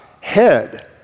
head